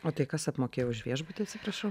o tai kas apmokėjo už viešbutį atsiprašau